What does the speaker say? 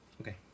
okay